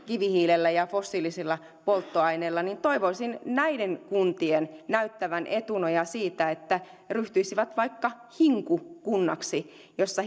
kivihiilellä ja fossiilisilla polttoaineilla toivoisin näiden kuntien näyttävän etunojaa siinä että ne ryhtyisivät vaikka hinku kunniksi joissa